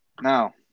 Now